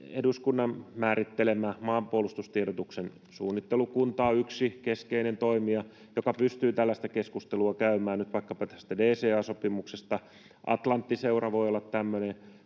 Eduskunnan määrittelemä maanpuolustustiedotuksen suunnittelukunta on yksi keskeinen toimija, joka pystyy tällaista keskustelua käymään nyt vaikkapa tästä DCA-sopimuksesta, Atlantti-Seuran voi olla tämmöinen,